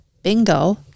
Bingo